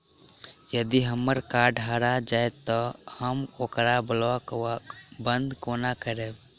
यदि हम्मर कार्ड हरा जाइत तऽ हम ओकरा ब्लॉक वा बंद कोना करेबै?